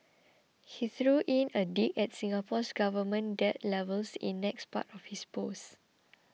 he threw in a dig at Singapore's government debt levels in next part of his post